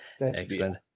Excellent